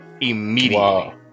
immediately